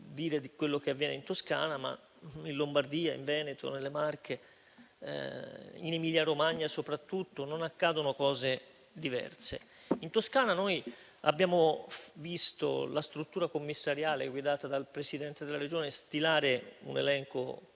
dire quello che avviene in Toscana, ma in Lombardia, in Veneto, nelle Marche e in Emilia-Romagna, soprattutto, non accadono cose diverse. In Toscana noi abbiamo visto la struttura commissariale, guidata dal Presidente della Regione, stilare un elenco